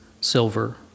silver